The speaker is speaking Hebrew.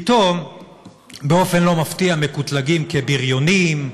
פתאום באופן לא מפתיע מקוטלגים כבריונים,